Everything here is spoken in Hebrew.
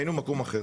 היינו במקום אחר